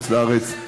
תראה מי יושב פה.